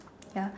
ya